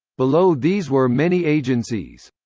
below these were many agencies.